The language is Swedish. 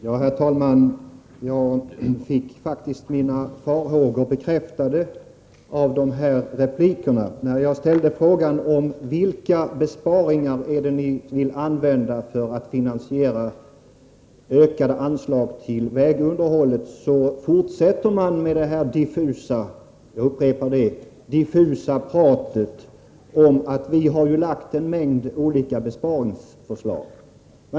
Herr talman! Jag fick faktiskt mina farhågor bekräftade i de här replikerna. Jag ställde frågan: Vilka besparingar är det som ni vill använda för att finansiera ökade anslag till vägunderhåll? Ni fortsätter med det här diffusa — jag upprepar det — pratet om att ni har lagt fram en mängd olika besparingsförslag.